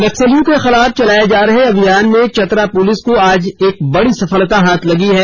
नक्सलियों के खिलाफ चलाये जा रहे अभियान में चतरा पुलिस को आज एक बड़ी सफलता हाथ लगी है